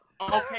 okay